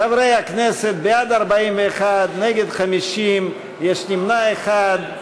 חברי הכנסת, בעד, 41, נגד, 50, יש נמנע אחד.